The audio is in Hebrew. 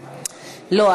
לא.